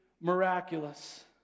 miraculous